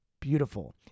beautiful